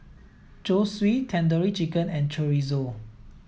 Zosui Tandoori Chicken and Chorizo